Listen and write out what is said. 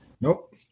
Nope